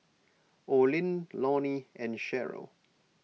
Olin Lonnie and Sheryll